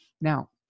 now